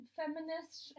feminist